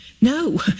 No